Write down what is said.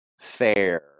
fair